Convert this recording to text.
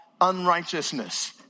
unrighteousness